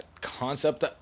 concept